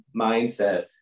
mindset